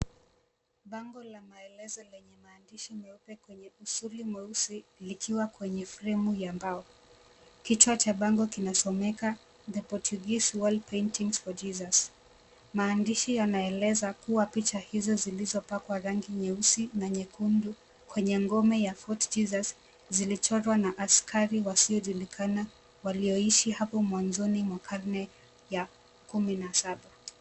Bango la maelezo lenye maandishi meupe kwenye usuli mweusi likiwa kwenye fremu ya mbao. Kichwa cha bango kinasomeka THE PORTUGUESE WORLD PAINTING FOR JESUS . Maandishi yanaeleza kuwa picha hizi zilizopakwa rangi nyeusi na nyekundu kwenye ngome ya Fort Jesus zilichorwa na askari wasiojulikana walioishi hapo mwanzoni mwa karne ya kumi na saba.